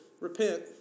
Repent